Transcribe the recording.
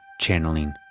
Channeling